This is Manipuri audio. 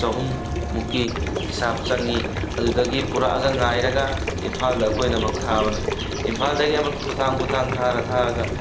ꯆꯍꯨꯝꯃꯨꯛꯀꯤ ꯍꯤꯡꯁꯥꯞ ꯆꯪꯉꯤ ꯑꯗꯨꯗꯒꯤ ꯄꯨꯔꯛꯑꯒ ꯉꯥꯏꯔꯒ ꯏꯝꯐꯥꯜꯗ ꯑꯩꯈꯣꯏꯅ ꯑꯃꯨꯛ ꯊꯥꯕꯅꯤ ꯏꯝꯐꯥꯜꯗꯩ ꯑꯃꯨꯛ ꯈꯨꯊꯥꯡ ꯈꯨꯊꯥꯡ ꯊꯥꯔ ꯊꯥꯔꯒ